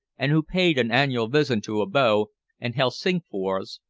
and who paid an annual visit to abo and helsingfors,